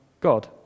God